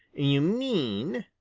you mean,